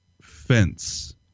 fence